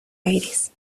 aires